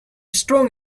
strong